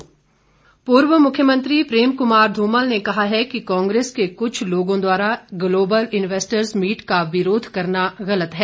ध्मल पूर्व मुख्यमंत्री प्रेम कुमार धूमल ने कहा है कि कांग्रेस के कुछ लोगों द्वारा ग्लोबल इन्वेस्टर मीट का विरोध करना गलत है